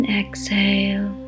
exhale